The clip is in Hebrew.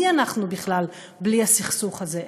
מי אנחנו בכלל בלי הסכסוך הזה?